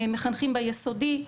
מחנכים ביסודי,